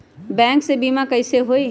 Bank से बिमा कईसे होई?